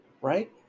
right